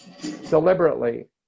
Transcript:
deliberately